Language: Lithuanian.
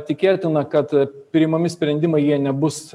tikėtina kad priimami sprendimai jie nebus